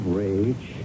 rage